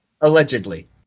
Allegedly